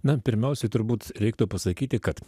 na pirmiausia turbūt reiktų pasakyti kad